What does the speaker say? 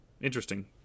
interesting